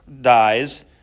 dies